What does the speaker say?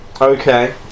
Okay